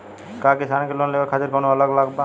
का किसान के लोन लेवे खातिर कौनो अलग लाभ बा?